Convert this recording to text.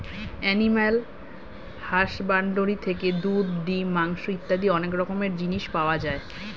animal husbandry থেকে দুধ, ডিম, মাংস ইত্যাদি অনেক রকমের জিনিস পাওয়া যায়